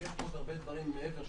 ויש פה עוד הרבה דברים מעבר,